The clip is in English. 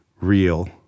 real